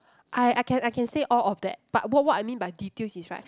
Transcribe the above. I I can I can say all of that but what what I mean by details is right